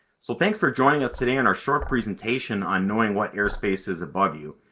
so thanks for joining us today on our short presentation on knowing what airspace is above you.